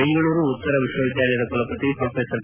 ಬೆಂಗಳೂರು ಉತ್ತರ ವಿಶ್ವವಿದ್ದಾಲಯದ ಕುಲಪತಿ ಪ್ರೊಫೆಸರ್ ಟಿ